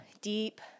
Deep